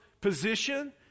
position